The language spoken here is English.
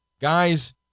Guys